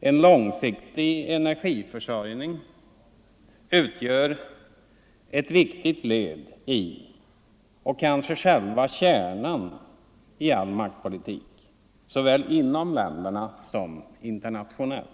en långsiktig energiförsörjning utgör ett viktigt led och kanske själva kärnan i all maktpolitik, såväl inom länderna som internationellt.